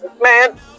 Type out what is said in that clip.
Man